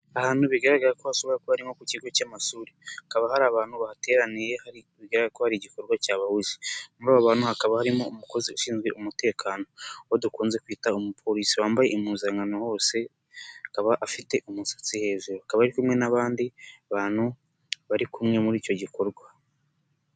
Ahantu bigaragarako hashobora kuba ari nko ku kigo cy'amashuri hakaba hari abantu bahateraniye bigaragarako hari igikorwa cyabahuje, muri abo bantu hakaba harimo umukozi ushinzwe umutekano uwo dukunze kwita umupolisi wambaye impuzankano hose, akaba afite umusatsi hejuru akaba ari kumwe n'abandi bantu bari kumwe muri icyo gikorwa.